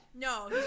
No